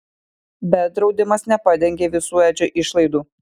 bet draudimas nepadengė visų edžio išlaidų